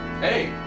Hey